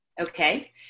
Okay